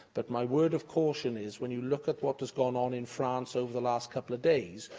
but my word of caution is when you look at what has gone on in france over the last couple of days,